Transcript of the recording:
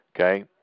Okay